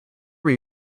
what